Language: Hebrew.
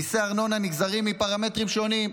מיסי ארנונה נגזרים מפרמטרים שונים: